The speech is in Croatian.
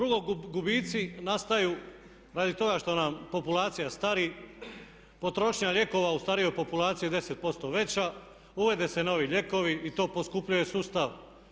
Drugo, gubici nastaju radi toga što nam populacija stari, potrošnja lijekova u starijoj populaciji je 10% veća, uvode se novi lijekovi i to poskupljuje sustav.